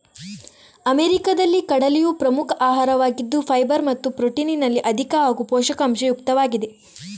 ಅಮೆರಿಕಾದಲ್ಲಿ ಕಡಲೆಯು ಪ್ರಮುಖ ಆಹಾರವಾಗಿದ್ದು ಫೈಬರ್ ಮತ್ತು ಪ್ರೊಟೀನಿನಲ್ಲಿ ಅಧಿಕ ಹಾಗೂ ಪೋಷಕಾಂಶ ಯುಕ್ತವಾಗಿದೆ